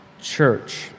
church